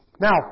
Now